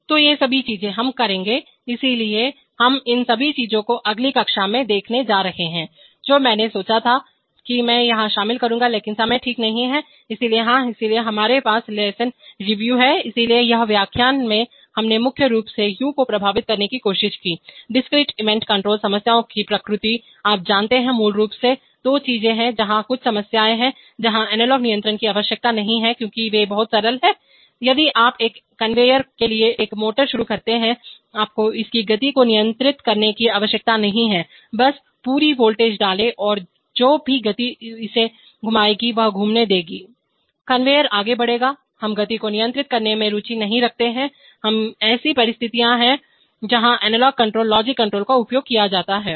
तो ये सभी चीजें हम करेंगे इसलिए हम इन सभी चीजों को अगली कक्षा में देखने जा रहे हैं जो मैंने सोचा था कि मैं यहां शामिल करूंगा लेकिन समय ठीक नहीं है इसलिए हां इसलिए हमारे पास लेसन रिव्यू हैइसलिए इस व्याख्यान में हमने मुख्य रूप से यू को प्रभावित करने की कोशिश की है डिस्क्रीट इवेंट कंट्रोल समस्याओं की प्रकृति आप जानते हैं मूल रूप से दो चीजें हैं जहां कुछ समस्याएं हैं जहां एनालॉग नियंत्रण की आवश्यकता नहीं है क्योंकि वे बहुत सरल हैं यदि आप एक कन्वेयर के लिए एक मोटर शुरू करते हैं आपको इसकी गति को नियंत्रित करने की आवश्यकता नहीं है बस पूरी वोल्टेज डालें जो भी गति इसे घुमाएगी वह घूमने देगी कन्वेयर आगे बढ़ेगा हम गति को नियंत्रित करने में रुचि नहीं रखते हैं ये ऐसी परिस्थितियां हैं जहां एनालॉग कंट्रोल लॉजिक कंट्रोल का उपयोग किया जाता है